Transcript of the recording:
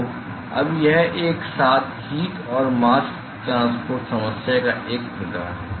तो अब यह एक साथ हीट और मास्क ट्रांसपोर्ट समस्या का एक प्रकार है